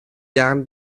jahren